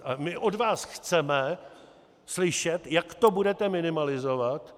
A my od vás chceme slyšet, jak to budete minimalizovat.